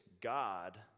God